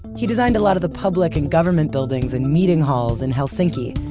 he designed a lot of the public and government buildings and meeting halls in helsinki.